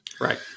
Right